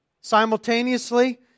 Simultaneously